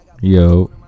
Yo